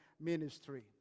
ministry